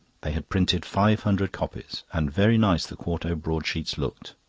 they had printed five hundred copies, and very nice the quarto broadsheets looked.